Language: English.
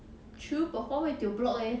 true but huawei tio block eh